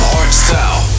Hardstyle